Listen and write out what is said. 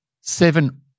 Seven